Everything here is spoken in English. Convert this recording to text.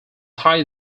thai